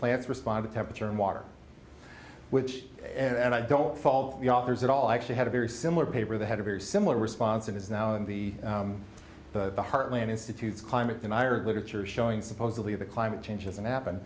plants respond to temperature and water which and i don't fault the authors at all i actually had a very similar paper that had a very similar response and is now in the the heartland institute climate denier literature showing supposedly the climate changes and happened